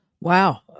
Wow